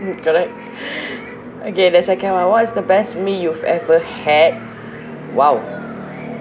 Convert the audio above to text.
mm correct okay the second [one] what is the best meal you've ever had !wow!